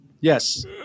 Yes